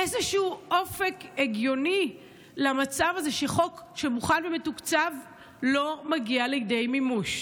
איזה אופק הגיוני למצב הזה שבו חוק שמוכן ומתוקצב לא מגיע לידי מימוש.